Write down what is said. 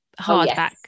hardback